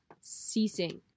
ceasing